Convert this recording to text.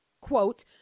quote